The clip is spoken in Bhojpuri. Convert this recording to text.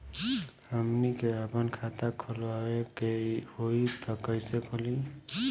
हमनी के आापन खाता खोलवावे के होइ त कइसे खुली